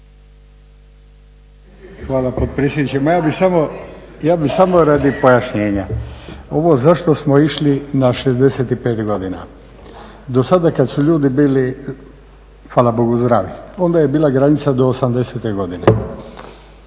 Ma ja bih samo, ja bih samo radi pojašnjenja. Ovo zašto smo išli na 65 godina, dosada kad su ljudi bili fala bogu zdravi, onda je bila granica do 80 godine,